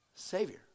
Savior